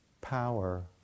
power